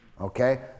Okay